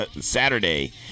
Saturday